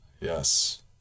yes